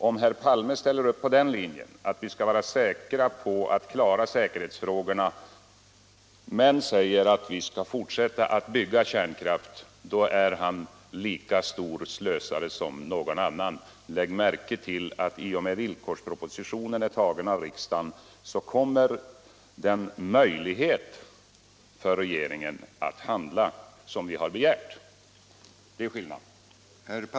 Om herr Palme ställer upp på den linjen, att vi skall vara säkra på att kunna klara säkerhetsfrågorna, men ändå säger att vi skall fortsätta att bygga ut kärnkraften, då är han en lika stor slösare som någon annan. Lägg märke till att i och med att villkorspropositionen är antagen av riksdagen kommer den möjlighet att finnas för regeringen att handla som vi har begärt. Det är skillnaden.